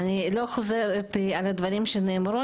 אני לא חוזרת על הדברים שנאמרו,